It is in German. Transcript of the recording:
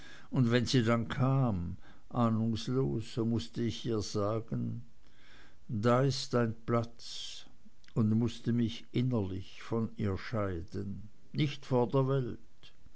und wenn sie dann kam ahnungslos so mußte ich ihr sagen da ist dein platz und mußte mich innerlich von ihr scheiden nicht vor der welt